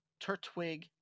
Turtwig